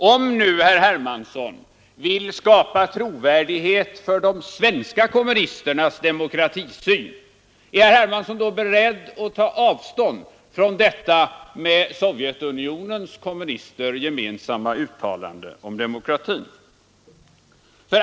Om nu herr Hermansson vill skapa trovärdighet för de svenska kommunisternas demokratisyn, är herr Hermansson då beredd att ta avstånd från detta med Sovjetunionens kommunister gemensamma uttalande om demokratin?